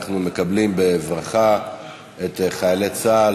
אנחנו מקבלים בברכה את חיילי צה"ל,